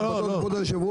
לא, לא.